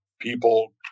people